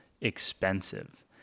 expensive